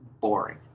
boring